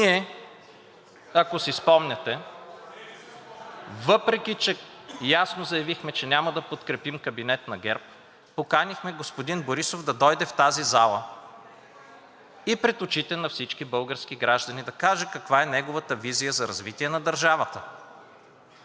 Ние, ако си спомняте, въпреки че ясно заявихме, че няма да подкрепим кабинет на ГЕРБ, поканихме господин Борисов да дойде в тази зала и пред очите на всички български граждани да каже каква е неговата визия за развитие на държавата,